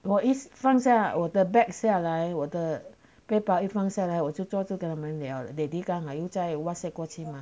我一放在我的 bag 下来我的背包一放下来我就做坐住跟他们聊了 daddy 又刚好在 whatsapp 过去吗